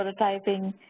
prototyping